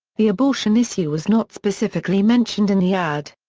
the abortion issue was not specifically mentioned in the ad.